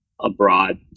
abroad